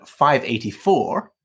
584